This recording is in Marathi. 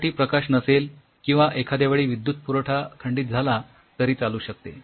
त्यासाठी प्रकाश नसेल किंवा एखाद्या वेळी विद्युतपुरवठा खंडित झाला तरी चालू शकते